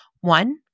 One